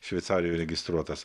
šveicarijoj įregistruotas